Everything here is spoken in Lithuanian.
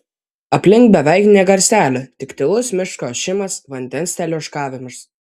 aplink beveik nė garselio tik tylus miško ošimas vandens teliūškavimas